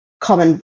common